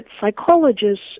psychologists